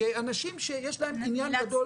כאנשים יש להם עניין גדול.